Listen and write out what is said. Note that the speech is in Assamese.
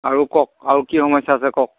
আৰু কওক আৰু কি সমস্যা আছে কওক